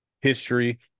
history